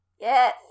Yes